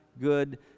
good